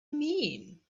mean